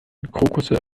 krokusse